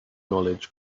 knowledge